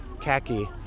khaki